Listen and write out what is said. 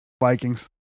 vikings